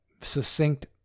succinct